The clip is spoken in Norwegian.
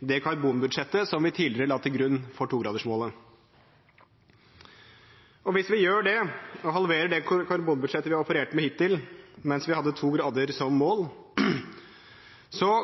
det karbonbudsjettet som vi tidligere la til grunn for 2-gradersmålet. Og hvis vi gjør det, og halverer det karbonbudsjettet vi har operert med hittil mens vi hadde 2 grader som mål,